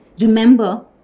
Remember